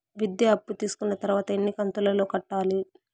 విద్య అప్పు తీసుకున్న తర్వాత ఎన్ని కంతుల లో కట్టాలి?